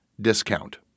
discount